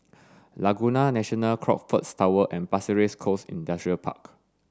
Laguna National Crockfords Tower and Pasir Ris Coast Industrial Park